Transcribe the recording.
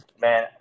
Man